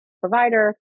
provider